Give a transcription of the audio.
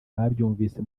babyumvise